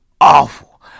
awful